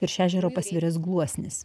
virš ežero pasviręs gluosnis